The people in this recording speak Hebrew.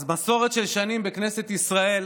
אז מסורת של שנים בכנסת ישראל,